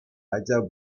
ача